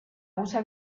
usa